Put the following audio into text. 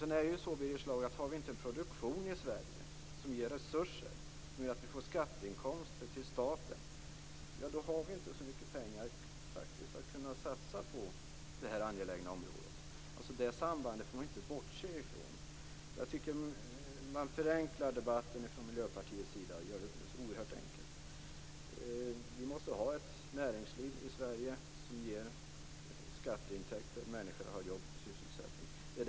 Det är också så, Birger Schlaug, att om vi inte har en produktion i Sverige som ger resurser och skatteinkomster till staten, får vi inte så mycket pengar att satsa på detta angelägna område. Det sambandet får man inte bortse från. Jag tycker att man från Miljöpartiets sida förenklar debatten oerhört. Vi måste ha ett näringsliv i Sverige som ger skatteintäkter och som ger människor sysselsättning.